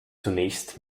zunächst